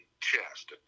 chest